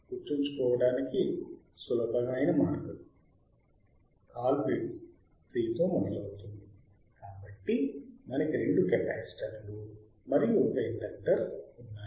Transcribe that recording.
గుర్తుంచుకోవడానికి సులభమైన మార్గం కాల్ పిట్స్ C తో మొదలవుతుంది కాబట్టి మనకు రెండు కెపాసిటర్లు మరియు ఒక ఇండక్టర్ ఉన్నాయి